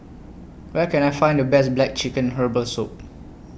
Where Can I Find The Best Black Chicken Herbal Soup